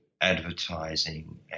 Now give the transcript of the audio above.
advertising